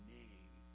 name